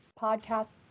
podcast